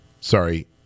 sorry